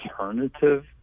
alternative